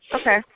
Okay